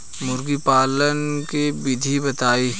मुर्गी पालन के विधि बताई?